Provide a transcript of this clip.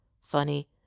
funny